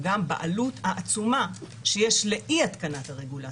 גם בעלות העצומה שיש לאי התקנת הרגולציה,